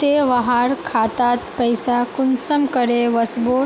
ते वहार खातात पैसा कुंसम करे वस्बे?